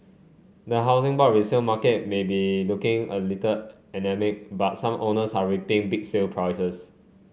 the Housing Board resale market may be looking a little anaemic but some owners are reaping big sale prices